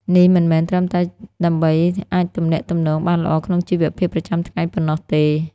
នេះមិនមែនត្រឹមតែដើម្បីអាចទំនាក់ទំនងបានល្អក្នុងជីវភាពប្រចាំថ្ងៃប៉ុណ្ណោះទេ។